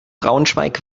braunschweig